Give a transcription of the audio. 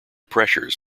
pressures